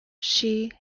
she